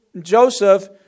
Joseph